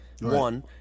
One